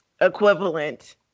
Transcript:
equivalent